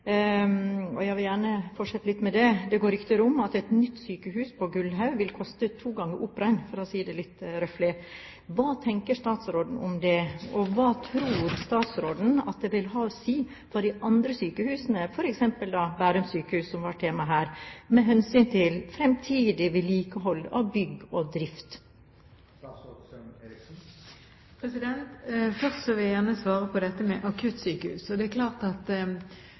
og jeg vil gjerne fortsette litt på det: Det går rykter om at et nytt sykehus på Gullaug vil koste to ganger Operaen, for å si det litt roughly. Hva tenker statsråden om det? Og hva tror statsråden det vil ha å si for de andre sykehusene, f.eks. Bærum sykehus, som var temaet her, med hensyn til fremtidig vedlikehold av bygg og drift? Først vil jeg gjerne svare på dette med akuttsykehus. Det er klart vanskelig å se for seg at